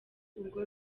ubwo